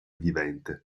vivente